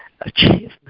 achievement